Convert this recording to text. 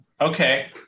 Okay